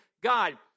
God